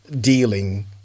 dealing